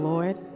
Lord